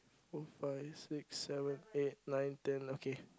four five six seven eight nine ten okay